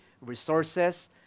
resources